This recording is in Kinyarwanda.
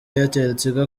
airteltigo